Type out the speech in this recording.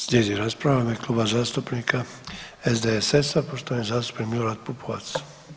Slijedi rasprava u ime Kluba zastupnika SDSS-a, poštovani zastupnik Milorad Pupovac.